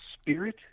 spirit